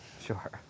Sure